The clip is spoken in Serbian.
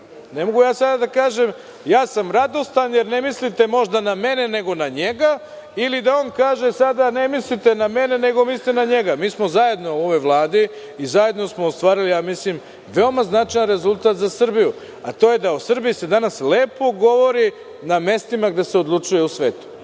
Ne mogu ja sada da kažem, ja sam radostan jer ne mislite možda na mene nego na njega, ili da on kaže sada ne mislite na mene, nego mislite na njega. Mi smo zajedno u ovoj Vladi i zajedno smo ostvarili, ja mislim, veoma značajan rezultat za Srbiju, a to je da se o Srbiji danas lepo govori na mestima gde se odlučuje u svetu. Naš